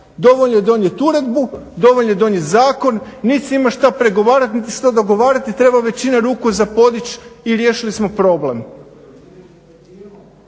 dovoljno je donijeti uredbu, dovoljno je donijeti zakon, nit se ima šta pregovarat niti šta dogovarat i treba većina ruku za podići i riješili smo problem.